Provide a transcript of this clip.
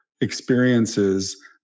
experiences